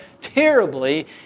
terribly